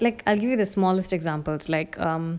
like I give you the smallest examples like um